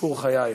סיפור חייך.